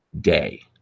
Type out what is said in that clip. day